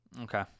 Okay